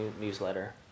newsletter